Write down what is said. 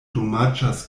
domaĝas